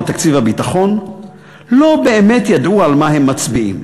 תקציב הביטחון לא באמת ידעו על מה הם מצביעים,